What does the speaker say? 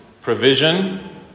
provision